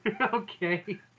Okay